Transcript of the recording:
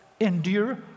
Endure